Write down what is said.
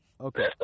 Okay